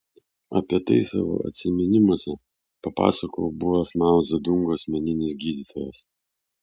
apie tai savo atsiminimuose papasakojo buvęs mao dzedungo asmeninis gydytojas